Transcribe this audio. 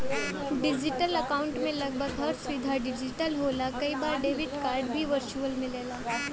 digital account में लगभग हर सुविधा डिजिटल होला कई बार डेबिट कार्ड भी वर्चुअल मिलला